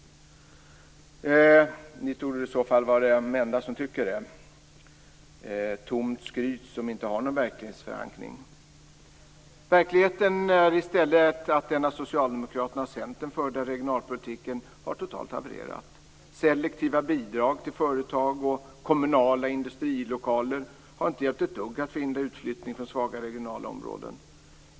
Ni torde i så fall vara de enda som tycker det. Det är tomt skryt som inte har någon verklighetsförankring. Verkligheten är i stället att den av Socialdemokraterna och Centern förda regionalpolitiken totalt har havererat. Selektiva bidrag till företag och kommunala industrilokaler har inte hjälpt ett dugg för att förhindra utflyttning från svaga regioner.